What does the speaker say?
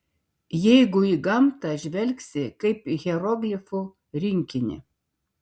jeigu į gamtą žvelgsi kaip į hieroglifų rinkinį